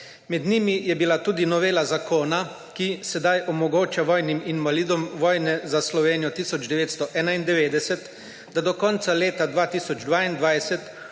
Med njimi je bila tudi novela zakona, ki sedaj omogoča vojnim invalidom vojne za Slovenijo 1991, da do konca leta 2022